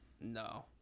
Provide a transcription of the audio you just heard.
no